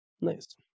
nice